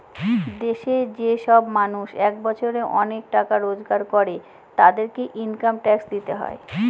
দেশে যে সব মানুষ এক বছরে অনেক টাকা রোজগার করে, তাদেরকে ইনকাম ট্যাক্স দিতে হয়